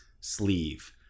sleeve